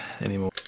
anymore